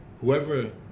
whoever